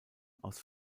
aus